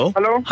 Hello